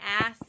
ask